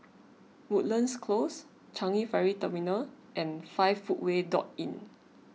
Woodlands Close Changi Ferry Terminal and five Footway dot Inn